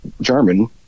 german